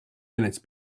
minutes